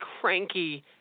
cranky